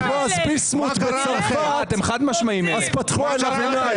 בועז ביסמוט בצרפת אז פתחו עליו עיניים.